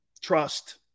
Trust